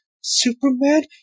Superman